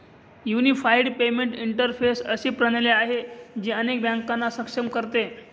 unified payment interface अशी प्रणाली आहे, जी अनेक बँकांना सक्षम करते